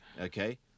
Okay